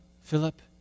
Philip